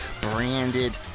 branded